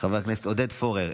חבר הכנסת עודד פורר,